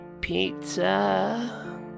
pizza